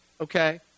okay